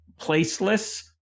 placeless